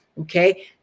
okay